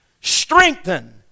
strengthen